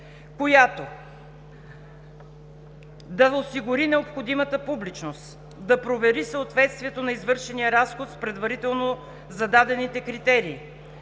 която да осигури необходимата публичност, да провери съответствието на извършения разход с предварително зададените критерии,